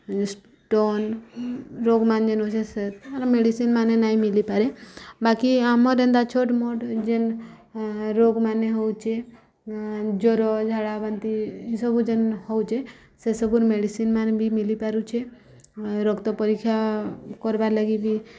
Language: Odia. ଷ୍ଟୋନ୍ ରୋଗମାନେ ଯେନ୍ ହଉଛେ ସେ ତା'ର୍ ମେଡ଼ିସିନ୍ମାନେ ନାଇଁ ମିଲିପାରେ ବାକି ଆମର୍ ଏନ୍ତା ଛୋଟ୍ ମୋଟ୍ ଯେନ୍ ରୋଗ୍ମାନେ ହଉଚେ ଜର୍ ଝାଡ଼ା ବାନ୍ତି ଏସବୁ ଯେନ୍ ହଉଚେ ସେ ସବୁର୍ ମେଡ଼ିସିନ୍ମାନେ ବି ମିଲିପାରୁଛେ ରକ୍ତ ପରୀକ୍ଷା କର୍ବାର୍ ଲାଗି ବି